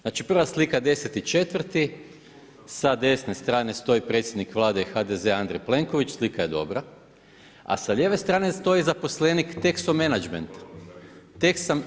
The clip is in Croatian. Znači prva slika 10.4. sa desne strane stoji predsjednik Vlade i HDZ-a Andrej Plenković, slika je dobra, a sa lijeve strane stoji zaposlenik Texo Menagmenta.